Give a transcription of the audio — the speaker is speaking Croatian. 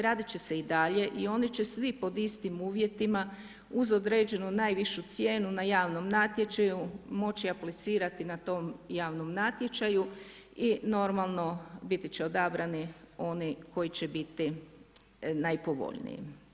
Raditi će se i dalje i oni će svi pod istim uvjetima uz određenu najvišu cijenu na javnom natječaju moći aplicirati na tom javnom natječaju i normalno biti će odabrani oni koji će biti najpovoljniji.